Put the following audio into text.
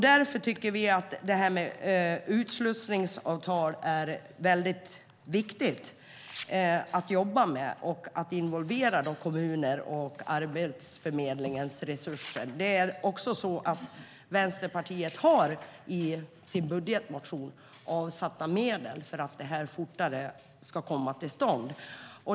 Därför tycker vi att arbetet med utslussningsavtal är viktigt, och man ska involvera kommuner och Arbetsförmedlingens resurser i detta. Vänsterpartiet har avsatt medel i sin budgetmotion för att detta fortare ska komma till stånd.